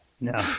No